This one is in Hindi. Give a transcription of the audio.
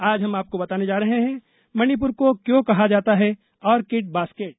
आज हम आपको बताने जा रहे हैं मणिपुर को क्यों कहा जाता है आर्किड बास्केट